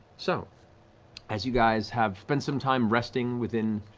so as you guys have spent some time resting within